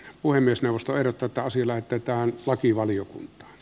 puhemiesneuvosto erotetaan sillä ketään lakivaliokunta